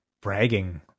bragging